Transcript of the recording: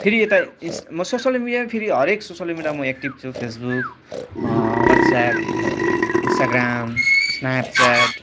फेरि यता म सोसियल मिडियामा फरि हरेक सोसियल मिडियामा म एक्टिभ छु फेसबुक वाट्सएप इन्स्टाग्राम स्न्यापच्याट